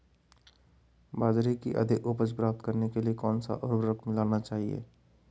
बाजरे की अधिक उपज प्राप्त करने के लिए कौनसा उर्वरक मिलाना चाहिए?